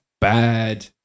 bad